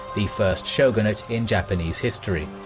the first shogunate in japanese history.